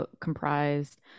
comprised